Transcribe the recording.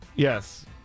Yes